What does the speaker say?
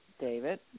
David